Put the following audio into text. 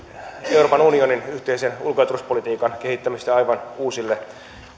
euroopan unionin yhteisen ulko ja turvallisuuspolitiikan kehittämistä aivan uusille